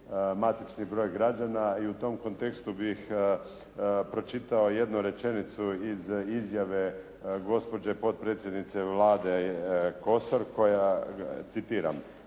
matični broj građana i tom kontekstu bih pročitao jednu rečenicu iz izjave gospođe potpredsjednice Vlade Kosor koja citiram: